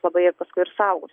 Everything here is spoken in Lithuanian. labai ir paskui ir suaugusiam